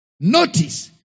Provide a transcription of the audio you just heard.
Notice